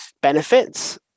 benefits